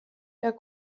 der